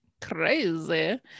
Crazy